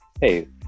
hey